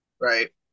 Right